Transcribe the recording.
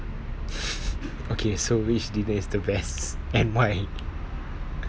okay so which dinner is the best and why